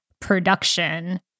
production